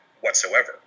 whatsoever